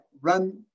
run